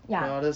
ya